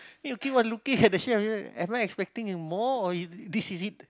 you keep on looking at the chef am I expecting more or this is it